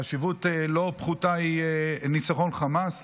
חשיבות לא פחותה היא ניצחון על החמאס,